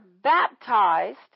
baptized